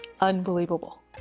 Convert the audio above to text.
unbelievable